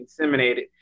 inseminated